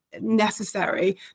necessary